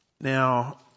Now